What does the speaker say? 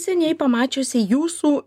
seniai pamačiusi jūsų